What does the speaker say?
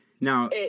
now